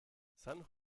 san